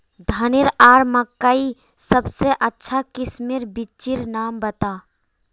धानेर आर मकई सबसे अच्छा किस्मेर बिच्चिर नाम बता?